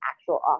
actual